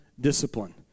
Discipline